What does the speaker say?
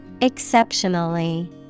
Exceptionally